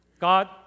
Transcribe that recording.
God